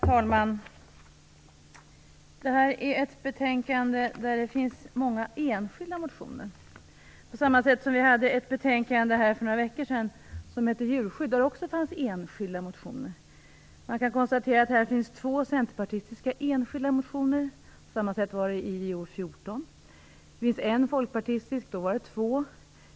Herr talman! I detta betänkande behandlas många enskilda motioner. För några veckor sedan behandlades ett annat betänkande om djurskydd. I det här fallet finns det två centerpartistiska enskilda motioner. På samma sätt förhöll det sig beträffande betänkande 1995/96:JoU14. Vidare finns det en folkpartistisk enskild motion i samband med dagens betänkande. Förra gången fanns det två.